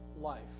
life